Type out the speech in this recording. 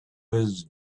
his